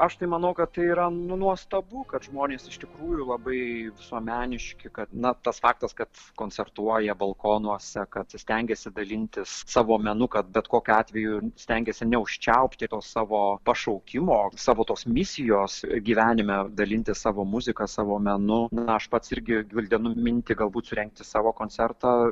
aš tai manau kad tai yra nuostabu kad žmonės iš tikrųjų labai visuomeniški kad na tas faktas kad koncertuoja balkonuose kad stengiasi dalintis savo menu kad bet kokiu atveju stengiasi neužčiaupti to savo pašaukimo savo tos misijos gyvenime dalintis savo muzika savo menu na aš pats irgi gvildenu mintį galbūt surengti savo koncertą